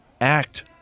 act